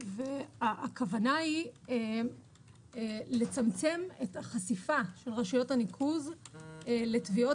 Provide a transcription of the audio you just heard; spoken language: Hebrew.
הכוונה היא לצמצם את החשיפה של רשויות הניקוז לתביעות